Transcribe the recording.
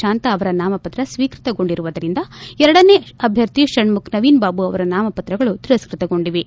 ಶಾಂತಾ ಅವರ ನಾಮಪತ್ರ ಸ್ವೀಕೃತಗೊಂಡಿರುವುದರಿಂದ ಎರಡನೇ ಅಭ್ಯರ್ಥಿ ಷಣ್ಣುಖ ನವೀನ್ ಬಾಬು ಅವರ ನಾಮಪತ್ರಗಳು ತಿರಸ್ಪತಗೊಂಡಿವೆ